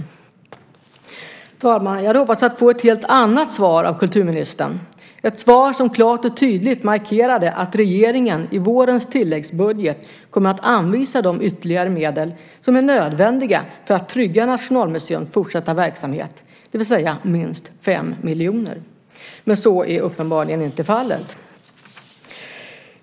Herr talman! Jag hade hoppats att få ett helt annat svar av kulturministern, ett svar som klart och tydligt markerade att regeringen i vårens tilläggsbudget kommer att anvisa de ytterligare medel som är nödvändiga för att trygga Nationalmuseums fortsatta verksamhet, det vill säga minst 5 miljoner, men så är uppenbarligen inte fallet.